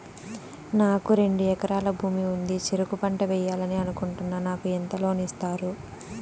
నాకు రెండు ఎకరాల భూమి ఉంది, చెరుకు పంట వేయాలని అనుకుంటున్నా, నాకు ఎంత లోను ఇస్తారు?